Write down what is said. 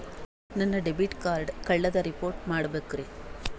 ನನ್ನ debit card ಕಳ್ದದ report ಮಾಡಬೇಕ್ರಿ